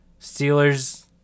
Steelers